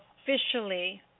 officially